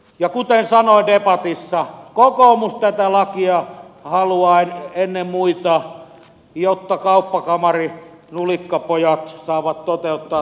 ja kuten sanoin debatissa kokoomus tätä lakia haluaa ennen muita jotta kauppakamarin nulikkapojat saavat toteuttaa tahtonsa